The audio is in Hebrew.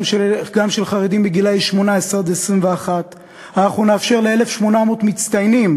של חרדים בגילאי 18 21. אנחנו נאפשר ל-1,800 מצטיינים